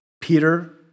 Peter